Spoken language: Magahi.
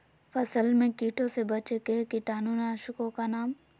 फसल में कीटों से बचे के कीटाणु नाशक ओं का नाम?